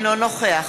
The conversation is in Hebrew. אינו נוכח